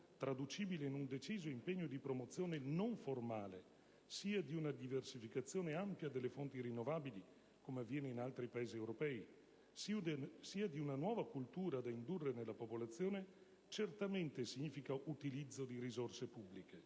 traducibile in un deciso impegno di promozione - non formale - sia di una diversificazione ampia delle fonti rinnovabili (come avviene in altri Paesi europei) sia di una nuova cultura da indurre nella popolazione, certamente significa utilizzo di risorse pubbliche,